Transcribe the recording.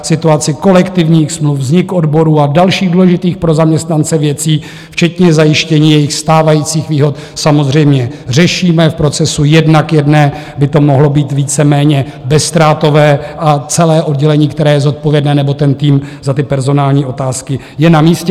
Situaci kolektivních smluv, vznik odborů a dalších důležitých pro zaměstnance věcí včetně zajištění jejich stávajících výhod samozřejmě řešíme, v procesu 1 : 1 by to mohlo být víceméně bezztrátové a celé oddělení, které je zodpovědné, nebo ten tým, za personální otázky je na místě.